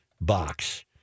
box